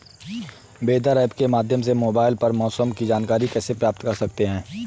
weather app के माध्यम से मोबाइल पर मौसम की जानकारी प्राप्त कर सकते हैं